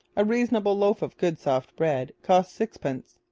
a reasonable loaf of good soft bread cost sixpence.